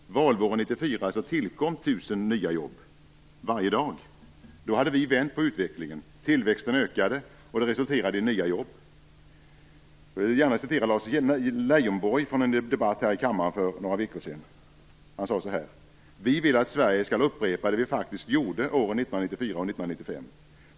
Valvåren 1994 tillkom 1 000 nya jobb varje dag. Då hade vi vänt på utvecklingen. Tillväxten ökade, och det resulterade i nya jobb. Lars Leijonborg sade i en debatt i kammaren för några veckor sedan: Vi vill att Sverige skall upprepa det vi faktiskt gjorde åren 1994 och 1995.